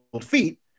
feet